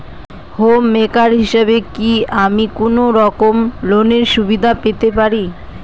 Home maker হিসেবে কি আমি কোনো রকম লোনের সুবিধা পেতে পারি?